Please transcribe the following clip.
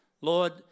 Lord